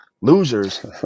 Losers